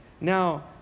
now